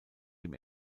dem